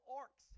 orcs